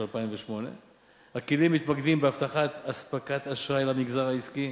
של 2008. הכלים מתמקדים בהבטחת אספקת אשראי למגזר העסקי,